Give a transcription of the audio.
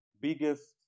biggest